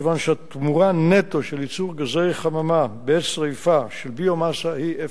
מכיוון שהתרומה נטו של ייצור גזי חממה בעת שרפה של ביו-מאסה היא אפס.